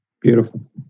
Beautiful